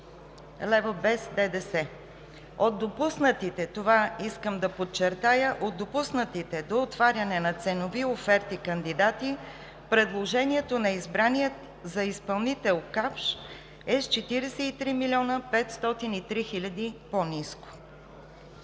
лв. без ДДС. Искам да подчертая, че от допуснатите до отваряне на ценови оферти кандидати предложението на избрания за изпълнител „Капш“ е с 43 милиона 503 хиляди по-ниско.